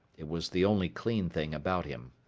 it was the only clean thing about him.